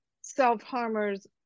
self-harmers